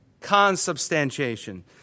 Consubstantiation